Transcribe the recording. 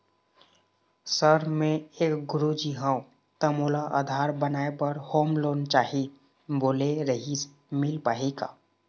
Sir मे एक गुरुजी हंव ता मोला आधार बनाए बर होम लोन चाही बोले रीहिस मील पाही का?